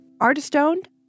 Artist-owned